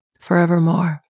forevermore